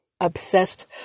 obsessed